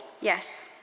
Yes